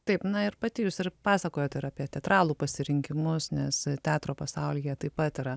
taip na ir pati jūs ir pasakojot ir apie teatralų pasirinkimus nes teatro pasaulyje taip pat yra